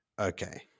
okay